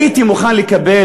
הייתי מוכן לקבל,